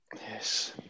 Yes